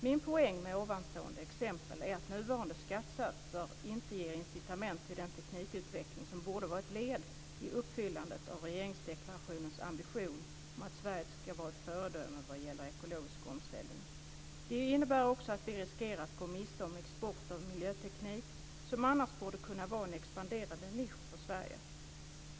Min poäng med nämnda exempel är att nuvarande skattesatser inte ger incitament till den teknikutveckling som borde vara ett led i uppfyllandet av regeringsdeklarationens ambition om att Sverige ska vara ett föredöme vad gäller ekologisk omställning. Det innebär också att vi riskerar att gå miste om export av miljöteknik som annars borde kunna vara en expanderande nisch för Sverige.